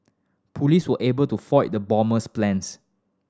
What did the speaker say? police were able to foil the bomber's plans